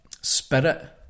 spirit